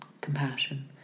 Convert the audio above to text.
compassion